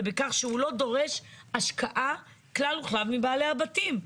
בכך שהוא לא דורש השקעה כלל וכלל מבעלי הבתים.